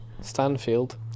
Stanfield